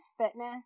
fitness